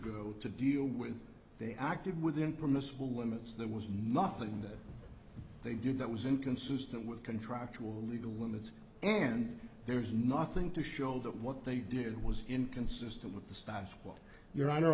go to deal with they acted within permissible limits there was nothing that they did that was inconsistent with contractual legal limits and there's nothing to show that what they did was inconsistent with the status quo your honor